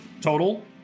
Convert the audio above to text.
Total